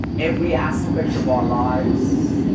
every aspect of our lives,